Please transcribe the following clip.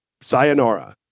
sayonara